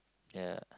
ya